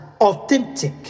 authentic